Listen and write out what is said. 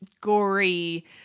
gory